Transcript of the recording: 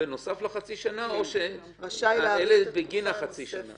בנוסף לחצי שנה או בגין חצי השנה?